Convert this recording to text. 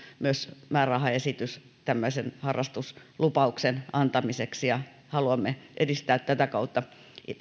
myös määrärahaesitys tämmöisen harrastuslupauksen antamiseksi ja haluamme edistää tätä kautta